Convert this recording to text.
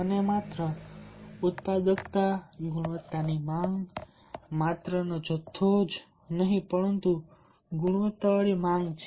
અને માત્ર ઉત્પાદકતા ગુણવત્તાની માંગ માત્ર જથ્થો જ નહીં પણ ગુણવત્તાની પણ માંગ છે